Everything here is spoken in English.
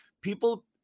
people